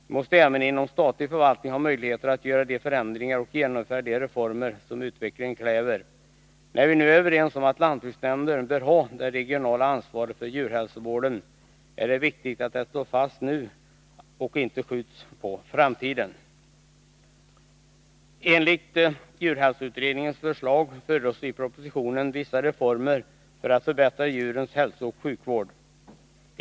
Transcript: Vi måste även inom statlig förvaltning ha möjlighet att göra de förändringar och genomföra de reformer som utvecklingen kräver. När vi nu är överens om att lantbruksnämnden bör ha det regionala ansvaret för djurhälsovården, är det viktigt att detta slås fast nu och inte skjuts på framtiden. I propositionen yrkas i enlighet med djurhälsoutredningens förslag vissa reformer för att förbättra djurens hälsooch sjukvård.